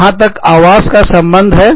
जहां तक आवास का संबंध है